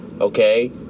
Okay